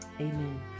Amen